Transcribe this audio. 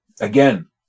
Again